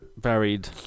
varied